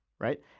right